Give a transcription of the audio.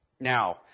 Now